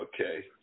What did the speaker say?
okay